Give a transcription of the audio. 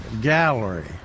gallery